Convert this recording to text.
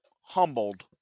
humbled